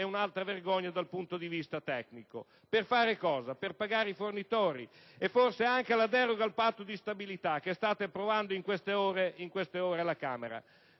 è un'altra vergogna dal punto di vista tecnico. Tutto questo per pagare i fornitori e forse anche la deroga al Patto di stabilità che state approvando in queste ore alla Camera.